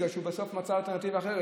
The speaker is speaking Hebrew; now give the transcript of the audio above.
כי הוא בסוף מצא אלטרנטיבה אחרת.